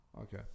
Okay